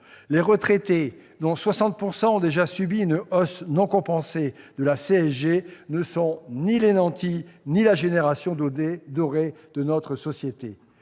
Les retraités, dont 60 % ont déjà subi une hausse non compensée de la CSG, ne sont ni les nantis ni la génération dorée de notre société.